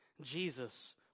Jesus